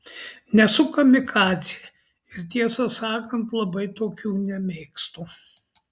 nesu kamikadzė ir tiesą sakant labai tokių nemėgstu